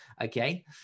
okay